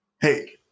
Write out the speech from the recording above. Hey